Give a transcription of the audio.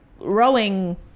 rowing